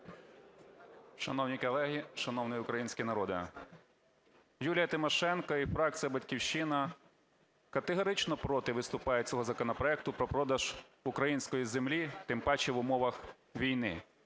Шановні колеги! Шановний український народе! Юлія Тимошенко і фракція "Батьківщина" категорично проти виступають цього законопроекту про продаж української землі, тим паче в умовах війни.